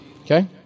okay